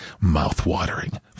Mouth-watering